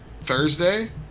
thursday